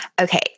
Okay